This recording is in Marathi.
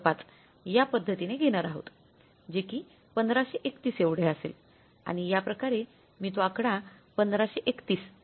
५ या पद्धतीने घेणार आहोत जे कि १५३१ एवढे असेल आणि या प्रकारे मी तो आकडा १५३१ असा घेतला आहे